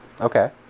Okay